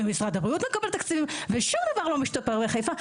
גם משרד הבריאות מקבל תקציבים ושום דבר לא משתפר בחיפה,